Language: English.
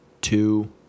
Two